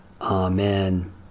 Amen